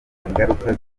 ingaruka